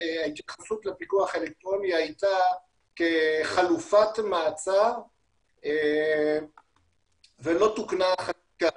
ההתייחסות לפיקוח האלקטרוני הייתה כחלופת מעצר ולא תוקנה החקיקה.